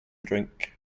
drink